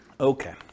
Okay